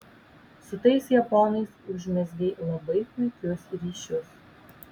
su tais japonais užmezgei labai puikius ryšius